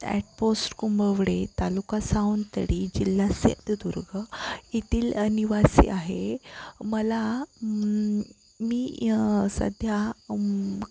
at post Kumbhavade taluka Sawantwadi जिल्हा सिंधुदुर्ग येथील निवासी आहे मला मी सध्या